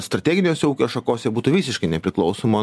strateginiuose ūkio šakose būtų visiškai nepriklausoma